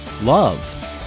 love